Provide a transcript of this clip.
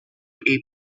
april